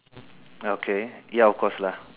okay ya of course lah